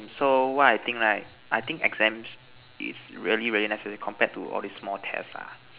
so what I think right I think exams is really really relaxed already compared to all these small test lah